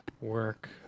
work